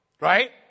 Right